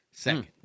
second